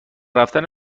رفتن